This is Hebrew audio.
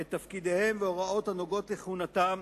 את תפקידיהם והוראות הנוגעות לכהונתם,